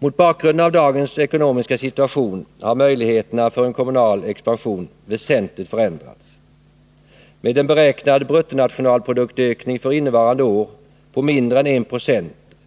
Mot bakgrunden av dagens ekonomiska situation har möjligheterna för en kommunal expansion väsentligt förändrats. Med en beräknad bruttonationalproduktökning för innevarande år på mindre än 1 90